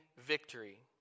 victory